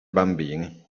bambini